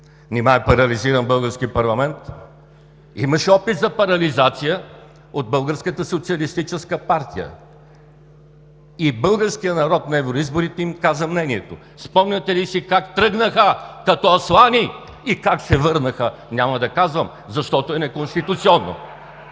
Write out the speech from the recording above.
Нима е парализиран българският парламент? Имаше опит за парализация от Българската социалистическа партия и българският народ на евроизборите им каза мнението си. Спомняте ли си как тръгнаха като аслани и как се върнаха, няма да казвам, защото е неконституционно.